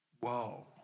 Whoa